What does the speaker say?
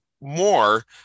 more